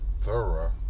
thorough